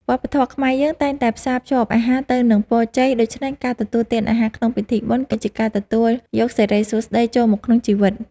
វប្បធម៌ខ្មែរយើងតែងតែផ្សារភ្ជាប់អាហារទៅនឹងពរជ័យ ដូច្នេះការទទួលទានអាហារក្នុងពិធីបុណ្យ គឺជាការទទួលយកសិរីសួស្តីចូលមកក្នុងជីវិត។